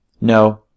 No